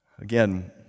Again